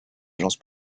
agence